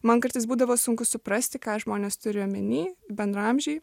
man kartais būdavo sunku suprasti ką žmonės turi omeny bendraamžiai